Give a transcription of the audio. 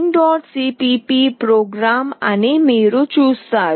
cpp program అని మీరు చూస్తారు